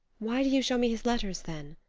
why do you show me his letters, then?